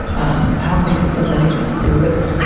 um i don't think this has anything to do with